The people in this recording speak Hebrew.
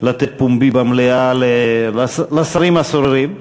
לתת פומבי במליאה לשרים הסוררים.